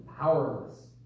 powerless